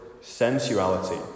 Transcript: sensuality